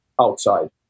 outside